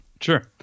Sure